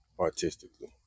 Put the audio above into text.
artistically